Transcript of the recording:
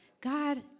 God